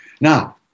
Now